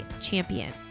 champion